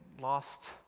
lost